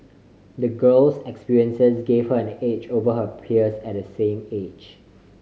the girl's experiences gave her an edge over her peers at the same age